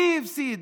מי הפסיד?